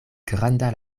granda